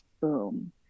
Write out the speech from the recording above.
boom